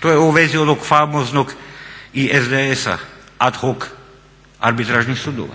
To je u vezi onog famoznog i SDS-a ad hoc arbitražnih sudova